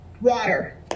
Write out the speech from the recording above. water